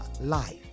life